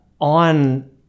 on